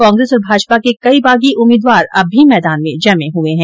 कांग्रेस और भाजपा के कई बागी उम्मीदवार अब भी मैदान में जमे हुए है